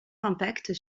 impact